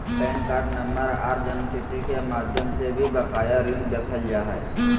pan card number आर जन्मतिथि के माध्यम से भी बकाया ऋण देखल जा हय